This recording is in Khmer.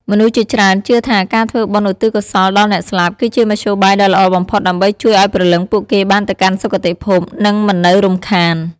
មនុស្សជាច្រើនជឿថាការធ្វើបុណ្យឧទ្ទិសកុសលដល់អ្នកស្លាប់ គឺជាមធ្យោបាយដ៏ល្អបំផុតដើម្បីជួយឱ្យព្រលឹងពួកគេបានទៅកាន់សុគតិភព និងមិននៅរំខាន។